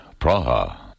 Praha